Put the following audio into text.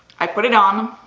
i put it on,